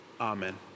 Amen